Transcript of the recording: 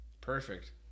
Perfect